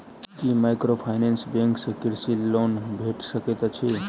की microfinance bank सँ कृषि loan भेटि सकैत अछि?